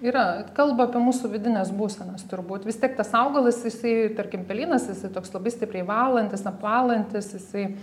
yra kalba apie mūsų vidines būsenas turbūt vis tiek tas augalas jisai tarkim pelynas jisai toks labai stipriai valantis apvalantis jisai